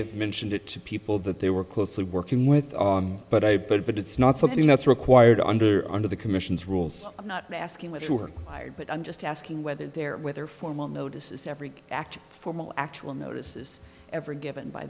have mentioned it to people that they were closely working with but i put it but it's not something that's required under under the commission's rules i'm not asking what sure but i'm just asking whether there whether formal notice is every act formal actual notices ever given by